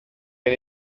gen